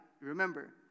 remember